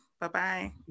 Bye-bye